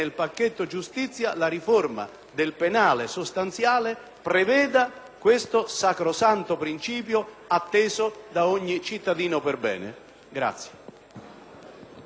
questo sacrosanto principio atteso da ogni cittadino perbene.